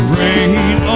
rain